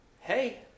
hey